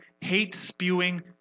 hate-spewing